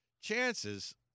chances